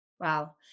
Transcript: Wow